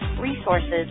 resources